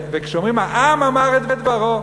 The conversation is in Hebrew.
וכשאומרים: העם אמר את דברו,